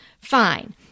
fine